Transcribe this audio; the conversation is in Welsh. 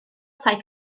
saith